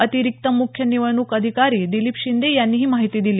अतिरिक्त मुख्य निवडणूक अधिकारी दिलीप शिंदे यांनी ही माहिती दिली